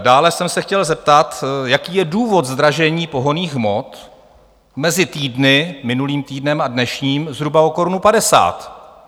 Dále jsem se chtěl zeptat, jaký je důvod zdražení pohonných hmot mezi týdny minulým týdnem a dnešním zhruba o korunu padesát.